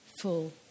full